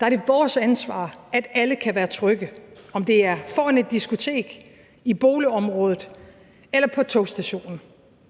er det vores ansvar, at alle kan være trygge, om det er foran et diskotek, i boligområdet eller på togstationen.